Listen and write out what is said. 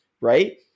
right